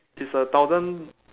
it's a thousand